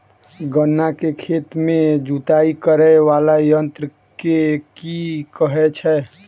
गन्ना केँ खेत केँ जुताई करै वला यंत्र केँ की कहय छै?